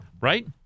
Right